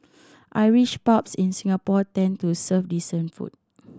Irish pubs in Singapore tend to serve decent food